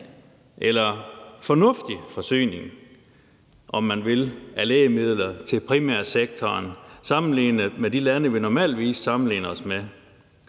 en fornuftig forsyning, om man vil, af lægemidler til primærsektoren sammenlignet med de lande, vi normalt sammenligner os med,